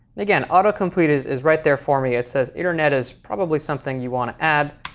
again, autocomplete is is right there for me. it says internet is probably something you want to add.